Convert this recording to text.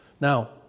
Now